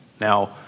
Now